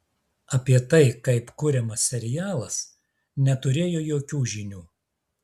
apie tai kaip kuriamas serialas neturėjo jokių žinių